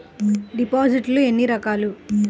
డిపాజిట్లు ఎన్ని రకాలు?